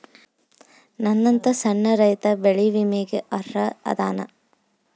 ನನ್ನಂತ ಸಣ್ಣ ರೈತಾ ಬೆಳಿ ವಿಮೆಗೆ ಅರ್ಹ ಅದನಾ?